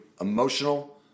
emotional